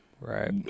Right